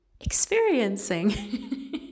experiencing